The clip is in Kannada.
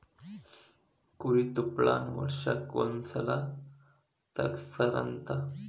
ಕುರಿ ತುಪ್ಪಳಾನ ವರ್ಷಕ್ಕ ಒಂದ ಸಲಾ ತಗಸತಾರಂತ